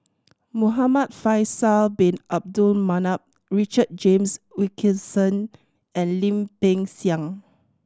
Muhamad Faisal Bin Abdul Manap Richard James Wilkinson and Lim Peng Siang